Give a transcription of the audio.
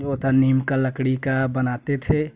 वह तो निम् का लकड़ी का बनाते थे